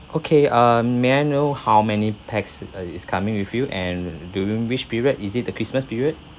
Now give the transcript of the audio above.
okay uh may I know how many pax uh is coming with you and during which period is it the christmas period